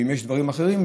ואם יש דברים אחרים,